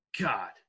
God